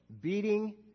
beating